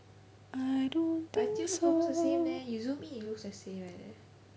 I don't think so